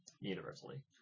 universally